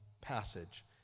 passage